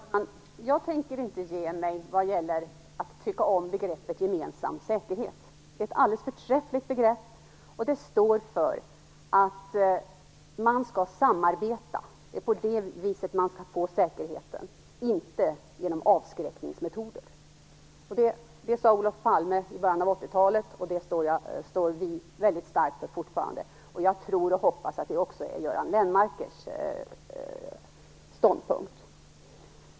Herr talman! Jag tänker inte ge mig vad gäller att tycka om begreppet gemensam säkerhet. Det är ett alldeles förträffligt begrepp. Det står för att man skall samarbeta. Det är på det viset man skall uppnå säkerheten - inte genom avskräckningsmetoder. Det sade Olof Palme i början av 80-talet, och det står vi för väldigt starkt fortfarande. Jag tror och hoppas att det också är Göran Lennmarkers ståndpunkt.